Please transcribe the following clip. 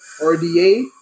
RDA